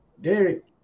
Derek